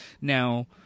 now